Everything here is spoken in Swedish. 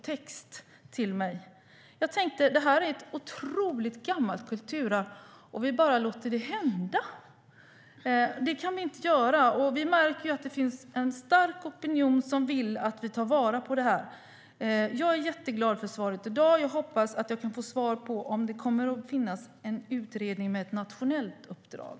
Jag tänkte att det här är ett otroligt gammalt kulturarv, och vi låter det bara hända. Det kan vi inte göra. Vi märker att det finns en stark opinion för att vi tar vara på detta kulturarv. Jag är jätteglad för svaret i dag och hoppas att jag kan få svar på om det kommer att finnas en utredning med ett nationellt uppdrag.